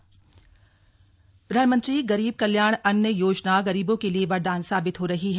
PM गरीब कल्याण अन्न योजना प्रधानमंत्री गरीब कल्याण अन्न योजना गरीबों के लिए वरदान साबित हो रही है